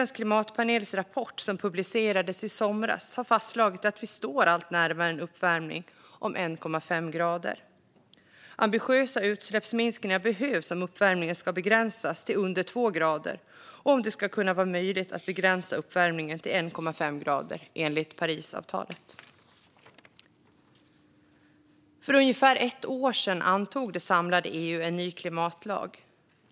FN:s klimatpanels rapport som publicerades i somras har fastslagit att vi står allt närmare en uppvärmning på 1,5 grader. Ambitiösa utsläppsminskningar behövs om uppvärmningen ska begränsas till under 2 grader och om det ska kunna vara möjligt att begränsa uppvärmningen till 1,5 grader enligt Parisavtalet. För ungefär ett år sedan antog det samlade EU en ny klimatlag.